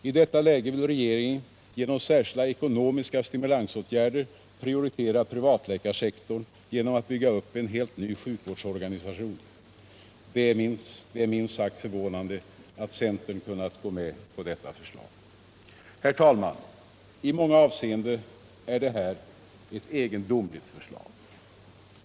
I detta läge vill regeringen genom särskilda ekonomiska stimulansåtgärder prioritera privatläkarsektorn genom att bygga upp en helt ny sjukvårdsorganisation. Det är minst sagt förvånande att centern kunnat gå med på detta förslag. Herr talman! I många avseenden är detta ett egendomligt förslag.